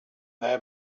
their